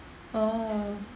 oo